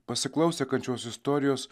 pasiklausę kančios istorijos